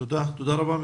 תודה רבה.